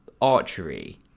archery